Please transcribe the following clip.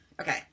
Okay